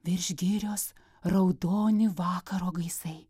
virš girios raudoni vakaro gaisai